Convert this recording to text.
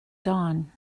dawn